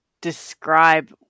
describe